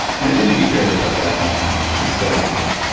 and it wouldn't be fair to put that all on luis barragan.